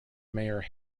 mayor